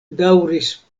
daŭris